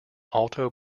alto